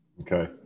Okay